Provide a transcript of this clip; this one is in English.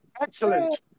Excellent